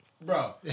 bro